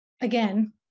Again